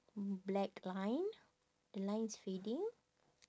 black line lines fading